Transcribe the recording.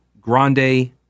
Grande